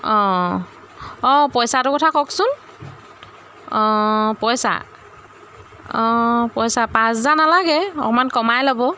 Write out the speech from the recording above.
অঁ অঁ পইচাটো কথা কওকচোন অঁ পইচা অঁ পইচা পাঁচ হেজাৰ নালাগে অকণমান কমাই ল'ব